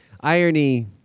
irony